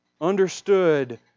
understood